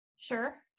Sure